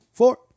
Four